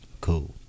Cool